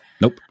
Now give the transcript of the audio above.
Nope